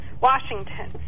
washington